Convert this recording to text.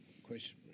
question